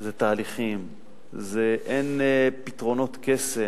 זה תהליכים, אין פתרונות קסם,